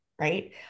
right